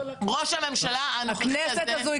ראש הממשלה הנוכחי הזה --- הכנסת הזו היא